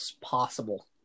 possible